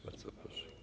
Bardzo proszę.